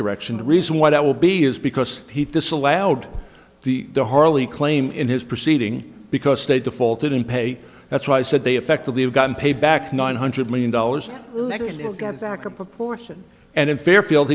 direction the reason why that will be is because he disallowed the harley claim in his proceeding because they defaulted in pay that's why i said they effectively have gotten paid back nine hundred million dollars it got back in proportion and in fairfield